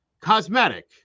Cosmetic